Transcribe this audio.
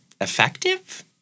effective